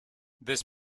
this